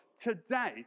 today